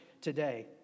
today